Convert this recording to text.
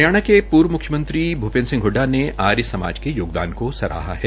हरियाणा के पूर्व मुख्यमंत्री नेता भूपेंद्र सिंह हड़डा ने आर्य समाज के योगदान को सराहा है